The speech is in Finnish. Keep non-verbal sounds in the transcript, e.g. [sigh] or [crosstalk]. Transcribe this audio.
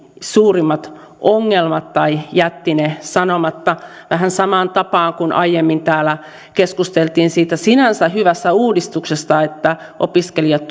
suurimmat ongelmat tai jätti ne sanomatta vähän samaan tapaan kuin aiemmin täällä keskusteltiin siitä sinänsä hyvästä uudistuksesta että opiskelijat [unintelligible]